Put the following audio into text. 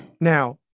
Now